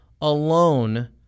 alone